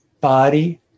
body-